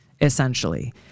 essentially